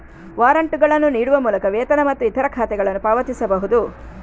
ವಾರಂಟುಗಳನ್ನು ನೀಡುವ ಮೂಲಕ ವೇತನ ಮತ್ತು ಇತರ ಖಾತೆಗಳನ್ನು ಪಾವತಿಸಬಹುದು